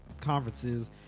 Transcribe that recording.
conferences